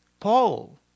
Paul